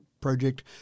project